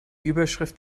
überschrift